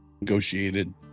negotiated